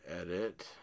edit